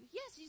yes